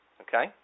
Okay